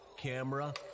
Camera